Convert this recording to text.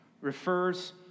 refers